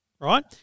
right